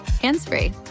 hands-free